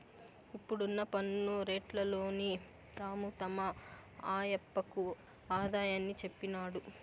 ఇప్పుడున్న పన్ను రేట్లలోని రాము తమ ఆయప్పకు ఆదాయాన్ని చెప్పినాడు